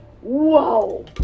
whoa